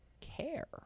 care